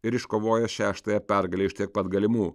ir iškovojo šeštąją pergalę iš tiek pat galimų